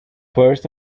first